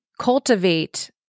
cultivate